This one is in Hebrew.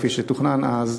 כפי שתוכנן אז,